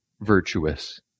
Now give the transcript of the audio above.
virtuous